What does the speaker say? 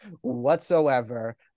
whatsoever